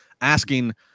asking